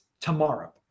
tomorrow